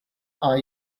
are